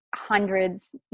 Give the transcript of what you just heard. hundreds